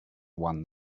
one